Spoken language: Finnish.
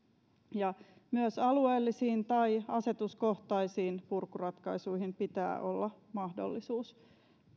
myös alueellisiin tai asetuskohtaisiin purkuratkaisuihin pitää olla mahdollisuus